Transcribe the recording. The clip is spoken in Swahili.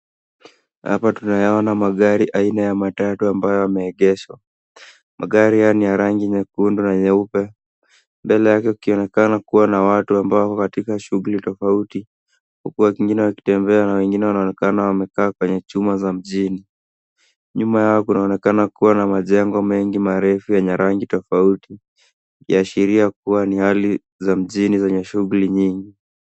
Hapa tunayaona magari aina ya matatu ambayo yameegeshwa. Magari hayo ni ya rangi nyekundu na nyeupe. Mbele yake kukionekana kuwa na watu ambao wako katika shughuli tofauti, huku watu wengine wakitembea na wengine wanaonekana wamekaa kwenye chuma za mjini. Nyuma yao kunaonekana kuwa na majengo mengi marefu yenye rangi tofauti, ikiashiria kuwa ni hali za mjini zenye shughuli nyingi.